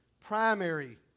primary